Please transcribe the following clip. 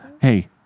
Hey